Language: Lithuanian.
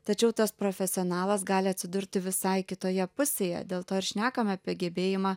tačiau tas profesionalas gali atsidurti visai kitoje pusėje dėl to ir šnekam apie gebėjimą